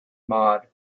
maude